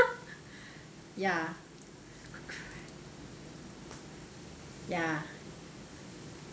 ya ya